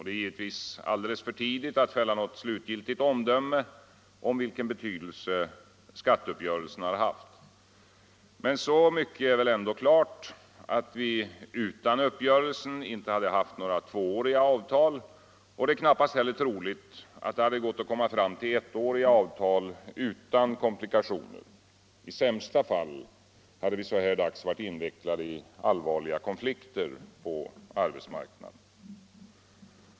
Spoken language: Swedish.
Det är givetvis ännu alldeles för tidigt att fälla något slutgiltigt omdöme om vilken betydelse skatteuppgörelsen har haft. Så mycket bör ändå stå klart att vi utan uppgörelsen inte hade haft några tvååriga avtal. Det är knappast heller troligt att det gått att komma fram till ettåriga avtal utan komplikationer. I sämsta fall hade vi så här dags varit invecklade i allvarliga konflikter på arbetsmarknaden.